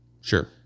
Sure